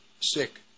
sick